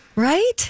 right